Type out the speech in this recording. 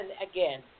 again